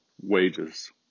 wages